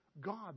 God